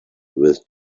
with